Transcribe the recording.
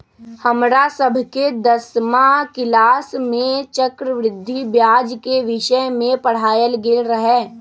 हमरा सभके दसमा किलास में चक्रवृद्धि ब्याज के विषय में पढ़ायल गेल रहै